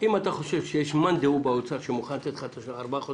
אתה חושב שיש מאן דהו באוצר שמוכן לתת לך ארבעה חודשים,